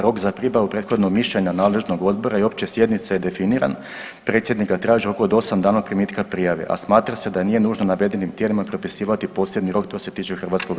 Rok za pribavu prethodnog mišljenja nadležnog odbora i opće sjednice je definiran, predsjednika traži … [[Govornik se ne razumije]] rok od 8 dana od primitka prijave, a smatra se da nije nužno navedenim tijelima propisivati posebni rok što se tiče HS.